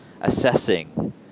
assessing